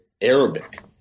Arabic